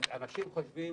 זאת אומרת אנשים חושבים,